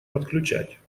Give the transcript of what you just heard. подключать